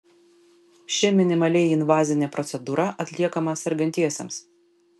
ši minimaliai invazinė procedūra atliekama sergantiesiems